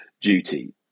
duty